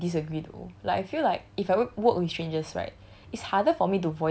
!wah! somehow I disagree though like I feel like if I wor~ work with strangers right